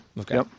Okay